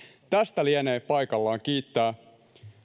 tästä lienee paikallaan kiittää